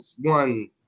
one